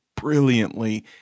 brilliantly